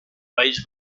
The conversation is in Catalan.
país